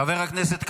--- חבר הכנסת כסיף,